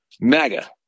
maga